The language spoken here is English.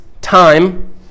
time